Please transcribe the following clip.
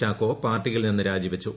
ചാക്കോ പാർട്ടിയിൽ നിന്ന് രാജിവച്ചു